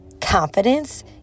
confidence